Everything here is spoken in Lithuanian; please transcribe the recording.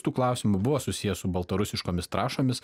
tų klausimų buvo susiję su baltarusiškomis trąšomis